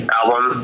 album